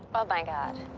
oh, my god.